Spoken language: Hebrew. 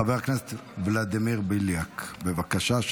חבר הכנסת ולדימיר בליאק, בבקשה.